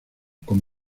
como